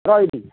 ରହିଲି